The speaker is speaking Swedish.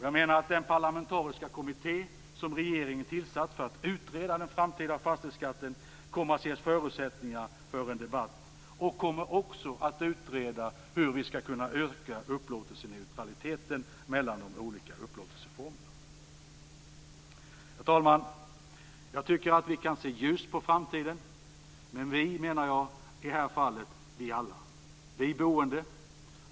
Jag menar att den parlamentariska kommitté som regeringen tillsatt för att utreda den framtida fastighetsskatten kommer att ge oss förutsättningar för en debatt och kommer också att utreda hur vi skall kunna öka upplåtelseneutraliteten mellan de olika upplåtelseformerna. Herr talman! Jag tycker att vi kan se ljust på framtiden. Med vi menar jag i det här fallet alla vi boende.